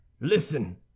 Listen